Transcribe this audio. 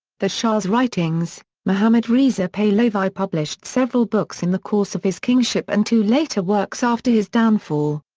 the shah's writings mohammad reza pahlavi published several books in the course of his kingship and two later works after his downfall.